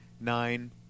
nine